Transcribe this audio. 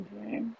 Okay